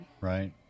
Right